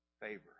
favor